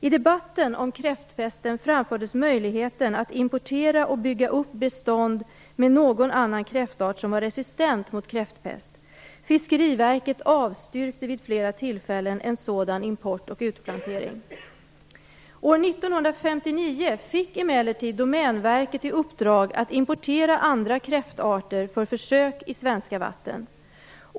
I debatten om kräftpesten framfördes möjligheten att importera och bygga upp bestånd med någon annan kräftart som var resistent mot kräftpest. Fiskeriverket avstyrkte vid flera tillfällen en sådan import och utplantering. År 1959 fick emellertid Domänverket i uppdrag att importera andra kräftarter för försök i svenska vatten.